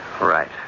Right